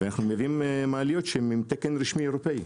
ואנחנו מביאים מעליות שהן עם תקן רשמי אירופאי.